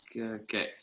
Okay